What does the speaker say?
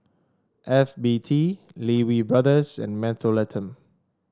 F B T Lee Wee Brothers and Mentholatum